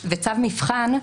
צו מבחן,